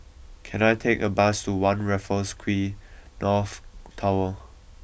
can I take a bus to One Raffles Quay North Tower